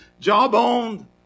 jawbone